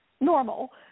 normal